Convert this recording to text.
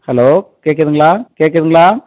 hello கேட்குதுங்களா கேட்குதுங்களா